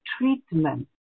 treatment